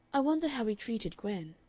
i wonder how he treated gwen.